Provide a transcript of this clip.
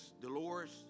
Dolores